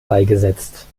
beigesetzt